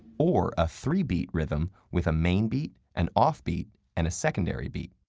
or a three beat rhythm with a main beat, an off beat, and a secondary beat.